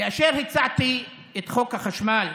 כאשר הצעתי את חוק החשמל,